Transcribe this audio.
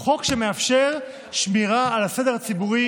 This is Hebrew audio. הוא חוק שמאפשר שמירה על הסדר הציבורי